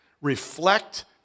reflect